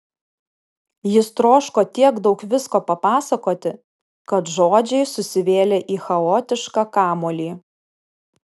jis troško tiek daug visko papasakoti kad žodžiai susivėlė į chaotišką kamuolį